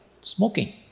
smoking